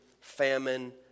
famine